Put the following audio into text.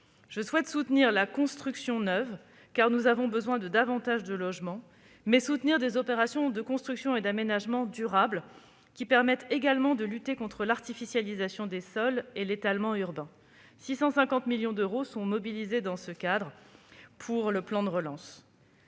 devons soutenir la construction neuve, car nous avons besoin d'un plus grand nombre de logements ; mais il faut soutenir des opérations de construction et d'aménagement durables, qui permettent également de lutter contre l'artificialisation des sols et l'étalement urbain. Au total, 650 millions d'euros y sont consacrés dans le cadre du plan de relance.